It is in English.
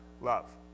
Love